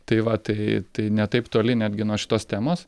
tai va tai ne taip toli netgi nuo šitos temos